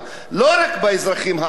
לא רק באזרחים הערבים,